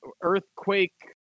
Earthquake